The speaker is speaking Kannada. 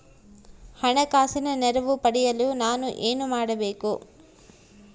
ಹಣಕಾಸಿನ ನೆರವು ಪಡೆಯಲು ನಾನು ಏನು ಮಾಡಬೇಕು?